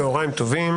צוהריים טובים,